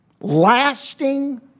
Lasting